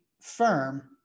firm